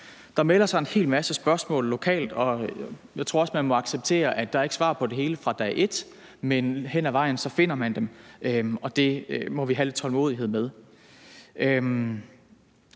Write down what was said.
Der melder sig en hel masse spørgsmål lokalt, og jeg tror også, at man må acceptere, at der ikke er svar på det hele fra dag et, men hen ad vejen finder man dem, og det må vi have lidt tålmodighed med.